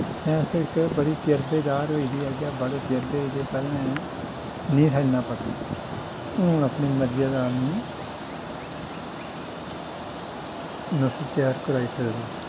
science इक बड़ी तजरवेदार होई गेदी अजकल्ल बड़े तजरवे होई दे पैह्लें नेईं हा इन्ना पता हून अपनी मरजी दा आदमी नस्ल त्यार कराई सकदा